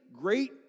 great